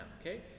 okay